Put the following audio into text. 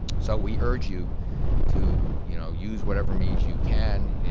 so we urge you to, you know, use whatever means you can.